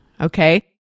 Okay